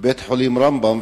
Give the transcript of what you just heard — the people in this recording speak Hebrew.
בבית-החולים "רמב"ם".